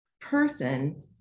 person